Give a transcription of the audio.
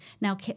now